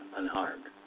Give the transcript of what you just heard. unharmed